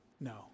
No